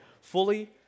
fully